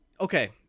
okay